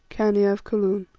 khania of kaloon.